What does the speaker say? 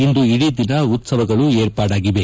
ಇಂದು ಇಡೀ ದಿನ ಉತ್ಪವಗಳು ಏರ್ಪಾಡಾಗಿವೆ